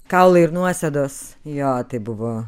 kaulai ir nuosėdos jo tai buvo